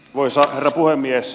arvoisa herra puhemies